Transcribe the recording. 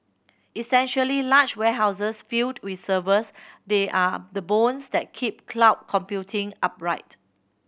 essentially large warehouses filled with servers they are the bones that keep cloud computing upright